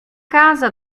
casa